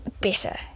better